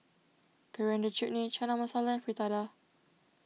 Coriander Chutney Chana Masala Fritada